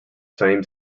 same